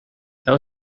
there